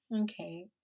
Okay